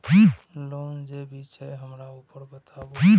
Loan जे भी छे हमरा ऊपर बताबू?